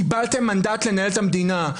קיבלתם מנדט לנהל את המדינה,